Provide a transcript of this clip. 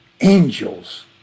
angels